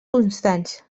constants